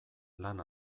lan